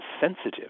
sensitive